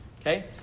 Okay